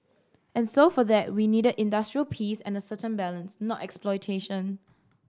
and so for that we needed industrial peace and a certain balance not exploitation